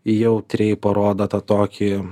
jautriai parodo tą tokį